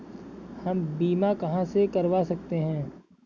हम बीमा कहां से करवा सकते हैं?